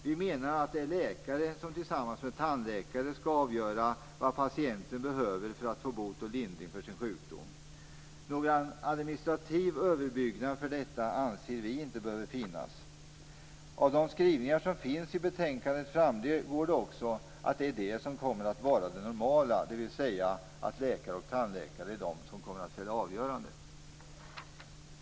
Vi menar att det är läkare som, tillsammans med tandläkare, skall avgöra vad patienten behöver för att få bot och lindring för sin sjukdom. Någon administrativ överbyggnad för detta anser vi inte behöver finnas. Av de skrivningar som finns i betänkandet framgår det också att det är det som kommer att vara det normala, alltså att det är läkare och tandläkare som kommer att fälla avgörandet.